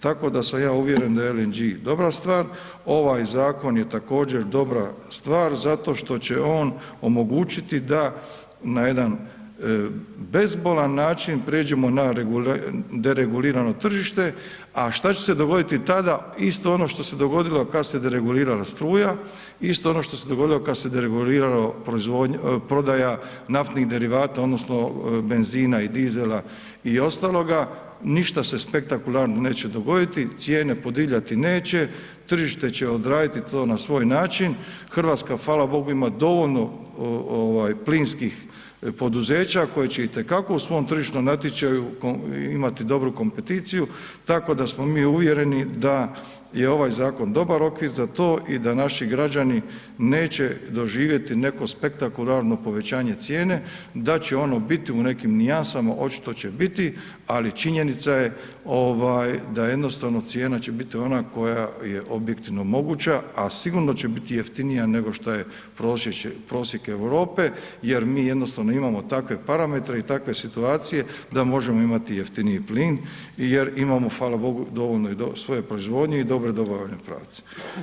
Tako da sam ja uvjeren da LNG je dobra stvar, ovaj zakon je također dobra stvar zato što će on omogućiti da na jedan bezbolan način prijeđemo na deregulirano tržište a šta će se dogoditi tada, isto ono što se dogodilo kad se deregulirala struja, isto ono što se dogodilo kad se deregulirala prodaja naftnih derivata odnosno benzina i dizela i ostaloga, ništa se spektakularno neće dogoditi, cijene podivljat neće, tržište će odraditi to na svoj način, Hrvatska hvala bogu ima dovoljno plinskih poduzeća koja će itekako u svom tržišnom natječaju imati dobru kompeticiju tako da smo mi uvjereni da je ovaj zakon dobar okvir za to i da naši građani neće doživjeti neko spektakularno povećanje cijene, da će ono bit u nekim nijansama, očito će biti ali činjenica je da jednostavno cijena će biti ona koja je objektivno moguća sa sigurno će biti jeftinija nego što je prosjek Europe jer mi jednostavno imamo takve parametre i takve situacije da možemo imati jeftiniji plin jer imamo fala bogu dovoljno svoje proizvodnje i dobre dobave pravce.